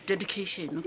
Dedication